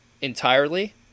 entirely